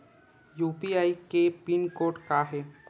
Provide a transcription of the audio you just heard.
UPI के pin code का हे?